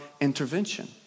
intervention